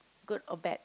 good or bad